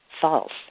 false